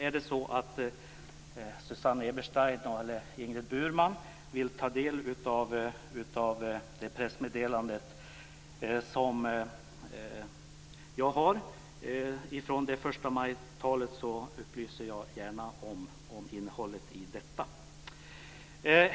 Är det så att Susanne Eberstein eller Ingrid Burman vill ta del av det pressmeddelande som jag har från det här förstamajtalet upplyser jag gärna om innehållet i det.